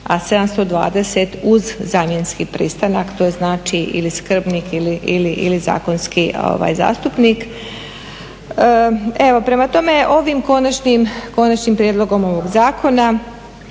a 720 uz zamjenski pristanak, to znači ili skrbnik ili zakonski zastupnik. Prema tome, ovim konačnim prijedlogom zakona